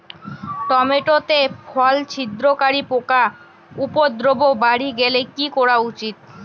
Tomato তে ফল ছিদ্রকারী পোকা উপদ্রব বাড়ি গেলে কি করা উচিৎ?